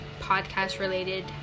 podcast-related